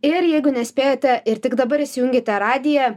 ir jeigu nespėjote ir tik dabar įsijungėte radiją